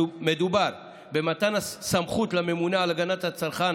מדובר במתן סמכות לממונה על הגנת הצרכן